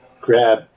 grab